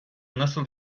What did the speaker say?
nasıl